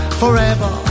forever